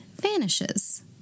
vanishes